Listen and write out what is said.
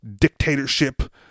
dictatorship